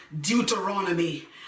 Deuteronomy